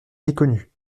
méconnu